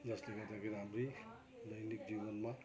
जसले गर्दाखेरि हाम्री दैनिक जीवनमा